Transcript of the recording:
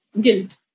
guilt